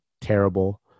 terrible